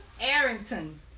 Arrington